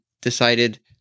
decided